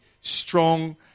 strong